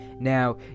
Now